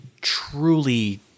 truly